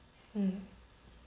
mm